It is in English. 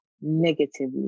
negatively